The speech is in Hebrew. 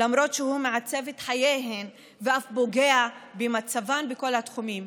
למרות שהוא מעצב את חייהן ואף פוגע במצבן בכל התחומים,